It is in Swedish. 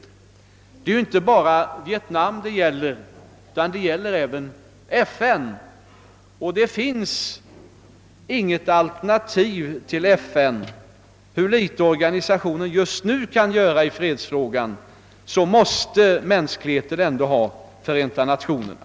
Det gäller inte bara Vietnam. Det gäller även FN, och det finns inget alternativ till FN. Även om organisationen just nu kan göra mycket litet i fredsfrågan, måste mänskligheten ändå ha Förenta Nationerna.